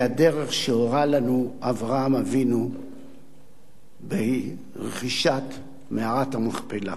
היא הדרך שהורה לנו אברהם אבינו ברכישת מערת המכפלה.